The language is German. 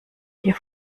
hier